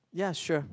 ya sure